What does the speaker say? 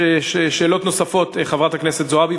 שאלות נוספות: חברת הכנסת זועבי,